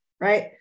right